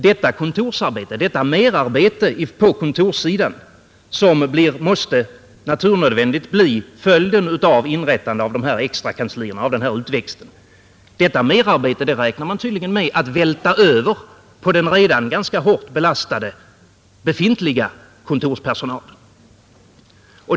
Detta kontorsarbete, detta merarbete på kontorssidan, som naturnödvändigt måste bli följden av inrättandet av denna utväxt räknar man alltså med att vältra över på den redan befintliga kontorspersonalen.